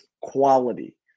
quality